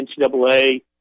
NCAA